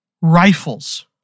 rifles